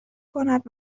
کند